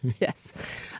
Yes